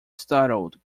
startled